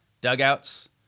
dugouts